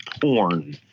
porn